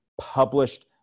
published